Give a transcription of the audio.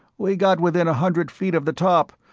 we got within a hundred feet of the top,